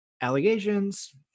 allegations